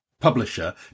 publisher